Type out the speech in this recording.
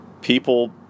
people